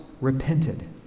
repented